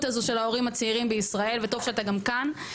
המציאות הזו של ההורים הצעירים בישראל וטוב שאתה גם כאן,